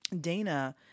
Dana